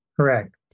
Correct